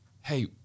hey